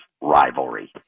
rivalry